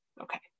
Okay